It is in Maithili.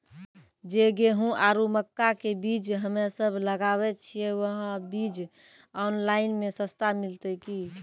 जे गेहूँ आरु मक्का के बीज हमे सब लगावे छिये वहा बीज ऑनलाइन मे सस्ता मिलते की?